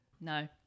No